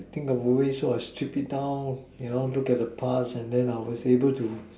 think of a way so I strip it down you know look at the pass and then I was able to